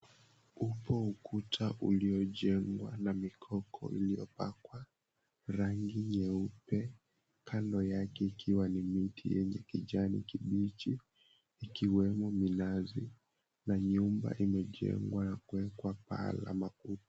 Upo ukuta uliojengwa na mikoko iliyopakwa rangi nyeupe. Kando yake ikiwa ni miti yenye kijani kibichi, ikiwemo minazi. Na nyumba imejengwa na kuwekwa paa la makuti.